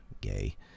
gay